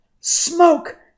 Smoke